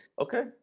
okay